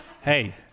Hey